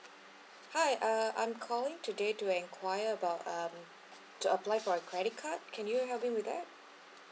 hi uh I'm calling today to enquire about um to apply for a credit card can you help me with that